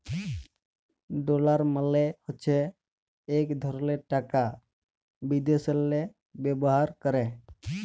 dollar মালে হছে ইক ধরলের টাকা বিদ্যাশেল্লে ব্যাভার ক্যরে